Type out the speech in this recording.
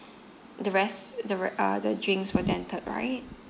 the rest the re~ uh the drinks were dented right